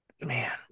Man